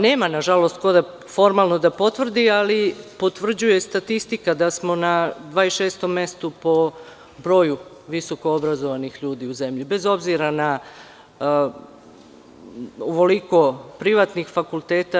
Nema, nažalost, ko formalno da potvrdi, ali potvrđuje statistika da smo na 26. mestu po broju visokoobrazovanih ljudi u zemlji, bez obzira na ovoliko privatnih fakulteta.